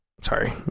Sorry